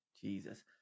Jesus